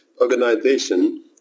organization